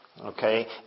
okay